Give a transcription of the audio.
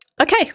Okay